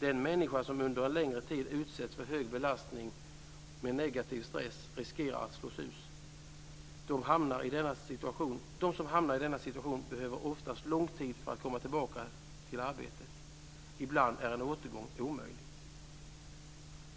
Den människa som under en längre tid utsätts för hög belastning med negativ stress riskerar att slås ut. De som hamnar i denna situation behöver oftast lång tid för att komma tillbaka till arbetet. Ibland är återgång omöjlig.